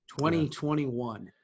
2021